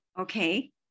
okay